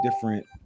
different